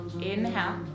inhale